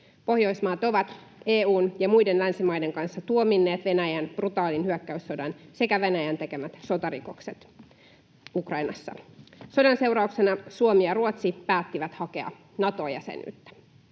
Pohjoismaat ovat EU:n ja muiden länsimaiden kanssa tuominneet Venäjän brutaalin hyökkäyssodan sekä Venäjän tekemät sotarikokset Ukrainassa. Sodan seurauksena Suomi ja Ruotsi päättivät hakea Nato-jäsenyyttä.